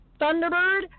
Thunderbird